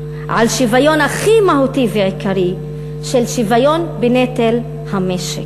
על שוויון הכי מהותי ועיקרי של שוויון בנטל המשק.